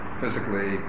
physically